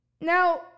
Now